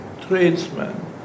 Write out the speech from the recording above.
tradesmen